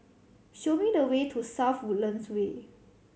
show me the way to South Woodlands Way